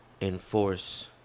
enforce